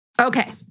Okay